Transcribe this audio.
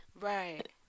right